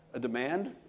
a demand,